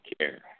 care